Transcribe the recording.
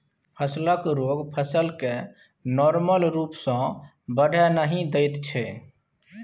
फसलक रोग फसल केँ नार्मल रुप सँ बढ़य नहि दैत छै